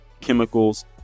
chemicals